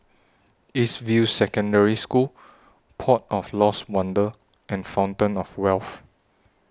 East View Secondary School Port of Lost Wonder and Fountain of Wealth